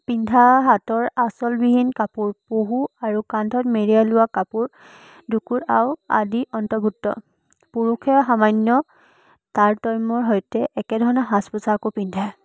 পিন্ধা হাতৰ আঁচলবিহীন কাপোৰ পহু আৰু কান্ধত মেৰিয়াই লোৱা কাপোৰডোখৰ আদি অন্তৰ্ভুক্ত পুৰুষে সামান্য তাৰতম্যৰ সৈতে একেধৰণৰ সাজ পোছাকো পিন্ধে